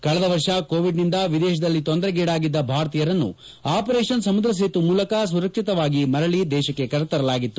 ಕಳೆದ ವರ್ಷ ಕೊವಿಡ್ನಿಂದ ವಿದೇಶದಲ್ಲಿ ತೊಂದರೆಗೀಡಾಗಿದ್ದ ಭಾರತೀಯರನ್ನು ಆಪರೇಷನ್ ಸಮುದ್ರ ಸೇತು ಮೂಲಕ ಸುರಕ್ಷಿತವಾಗಿ ಮರಳಿ ದೇಶಕ್ಕೆ ಕರೆ ತರಲಾಗಿತ್ತು